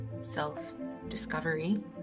self-discovery